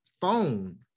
phone